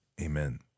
amen